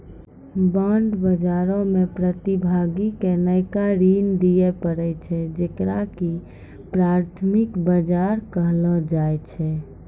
bond बजारो मे प्रतिभागी के नयका ऋण दिये पड़ै छै जेकरा की प्राथमिक बजार कहलो जाय छै